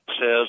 says